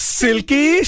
silky